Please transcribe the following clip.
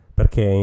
perché